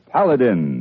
Paladin